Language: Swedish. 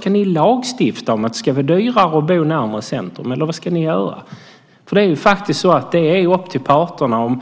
Ska ni lagstifta om att det ska vara dyrare att bo närmare centrum, eller vad ska ni göra? Det är upp till parterna.